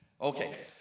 Okay